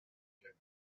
your